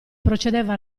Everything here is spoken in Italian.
procedeva